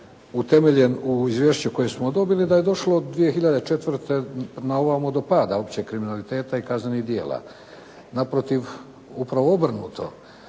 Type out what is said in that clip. utemeljen u izvješću koje smo dobili da je došlo 2004. na ovamo do pada općeg kriminaliteta i kaznenih djela. Naprotiv, upravo obrnuto.